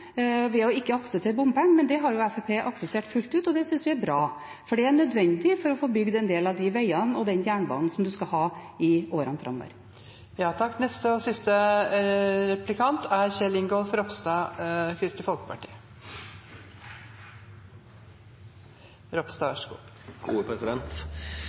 ikke å akseptere bompenger. Men det har Fremskrittspartiet akseptert fullt ut, og det syns vi er bra, for det er nødvendig for å få bygd en del av de veiene og den jernbanen en skal i årene framover. Jeg lyttet med interesse til innlegget til Arnstad, og